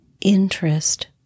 interest